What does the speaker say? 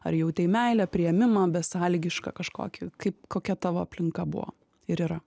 ar jautei meilę priėmimą besąlygišką kažkokį kaip kokia tavo aplinka buvo ir yra